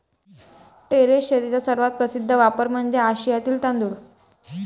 terrace शेतीचा सर्वात प्रसिद्ध वापर म्हणजे आशियातील तांदूळ